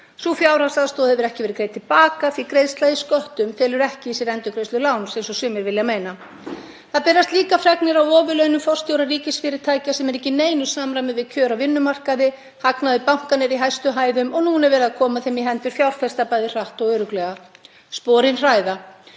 Sú fjárhagsaðstoð hefur ekki verið greidd til baka því að greiðsla í sköttum felur ekki í sér endurgreiðslu láns, eins og sumir vilja meina. Það berast líka fregnir af ofurlaunum forstjóra ríkisfyrirtækja sem eru ekki í neinu samræmi við kjör á vinnumarkaði. Hagnaður bankanna er í hæstu hæðum og núna er verið að koma þeim í hendur fjárfesta bæði hratt og örugglega. Sporin hræða.